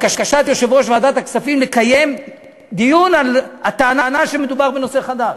בקשת יושב-ראש ועדת הכספים לקיים דיון על הטענה שמדובר נושא חדש.